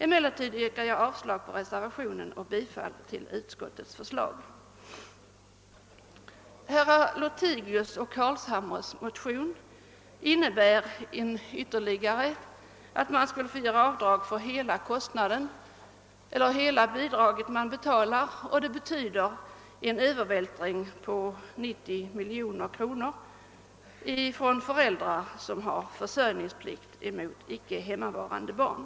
Jag yrkar emellertid avslag på reservationen och bifall till utskottets förslag. Herrar Lohtigius och Carlshamres motion syftar till att man skulle få göra avdrag för hela den kostnad man betalar, och detta betyder en övervältring av 90 miljoner kronor från föräldrar som har försörjningsplikt mot icke hemmavarande barn.